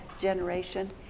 generation